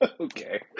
okay